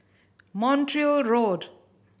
Montreal Road